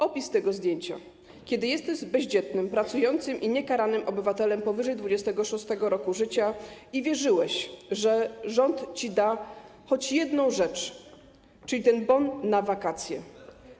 Opis tego zdjęcia: kiedy jesteś bezdzietnym, pracującym i niekaranym obywatelem powyżej 26. roku życia i wierzyłeś, że rząd ci da choć jedną rzecz, czyli ten bon na wakacje.